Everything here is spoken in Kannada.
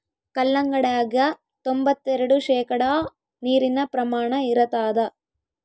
ಕಲ್ಲಂಗಡ್ಯಾಗ ತೊಂಬತ್ತೆರೆಡು ಶೇಕಡಾ ನೀರಿನ ಪ್ರಮಾಣ ಇರತಾದ